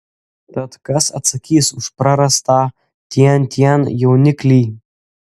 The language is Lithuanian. tad kas atsakys už prarastą tian tian jauniklį